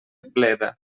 bleda